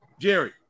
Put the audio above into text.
Jerry